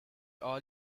all